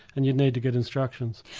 and you'd need to get instructions.